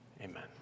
Amen